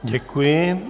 Děkuji.